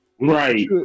Right